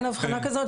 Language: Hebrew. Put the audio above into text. אין הבחנה כזאת,